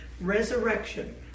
resurrection